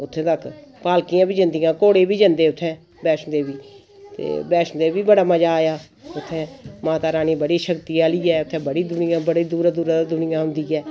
उत्थै तक पालकियां बी जंदियां घोड़े बी जंदे उत्थै बैश्णो देवी ते बैश्णो देवी बी बड़ा मजा आया उत्थै माता रानी बड़ी शक्ति आह्ली ऐ उत्थै बड़ी दुनिया दूरा दूरा दा औंदी ऐ